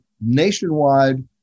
nationwide